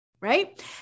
right